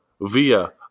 via